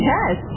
Yes